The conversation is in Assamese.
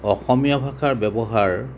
অসমীয়া ভাষাৰ ব্যৱহাৰ